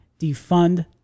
defund